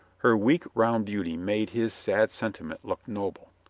her weak, round beauty made his sad sentiment look noble.